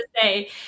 say